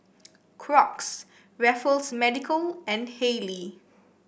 Crocs Raffles Medical and Haylee